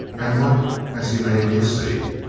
and what has he made you see?